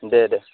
দে দে